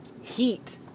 heat